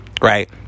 Right